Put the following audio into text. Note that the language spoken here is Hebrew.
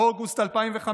אוגוסט 2015,